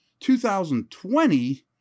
2020